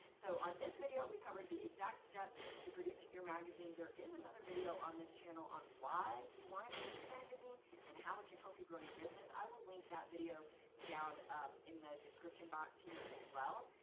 so on this video, we covered the exact steps to producing your magazine. there is another video on this channel on why you wanna produce a magazine and how it can help you grow your business. i will link that video down um in the description box here as well.